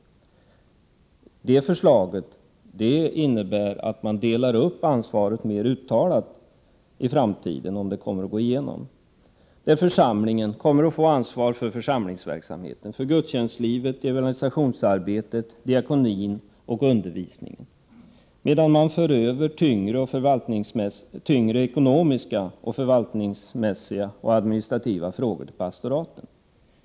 Det förslaget innebär, om det går igenom, att man delar upp ansvaret mer uttalat i framtiden. Församlingen kommer att få ansvar för församlingsverksamhet, gudstjänstliv, evangelisationsarbete, diakoni och undervisning, medan man för över tyngre ekonomiska, förvaltningsmässiga och administrativa frågor till pastoraten.